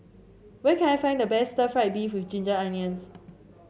where can I find the best stir fry beef with Ginger Onions